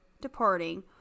departing